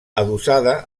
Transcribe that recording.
adossada